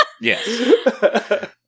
Yes